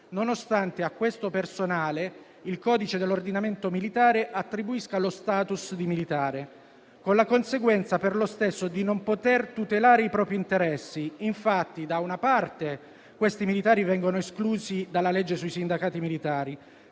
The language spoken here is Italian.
nonostante a questo personale il codice dell'ordinamento militare attribuisca lo *status* di militare, con la conseguenza per lo stesso di non poter tutelare i propri interessi. Infatti, da una parte questi militari vengono esclusi dalla legge sui sindacati militari;